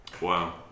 Wow